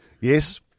yes